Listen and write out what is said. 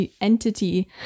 entity